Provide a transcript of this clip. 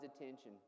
attention